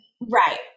Right